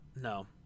no